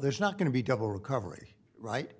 there's not going to be double recovery right